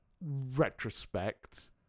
retrospect